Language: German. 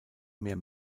mehr